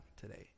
today